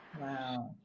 Wow